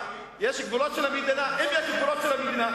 יצא לך מזה שהוא ישב בכלא ארבע שנים?